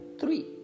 three